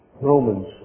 Romans